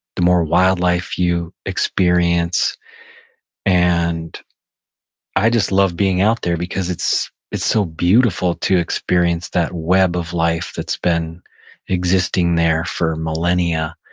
the more wildlife you experience and i just love being out there because it's it's so beautiful to experience that web of life that's been existing there for millennia.